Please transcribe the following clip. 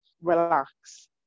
Relax